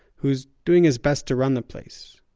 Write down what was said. who's doing his best to run the place.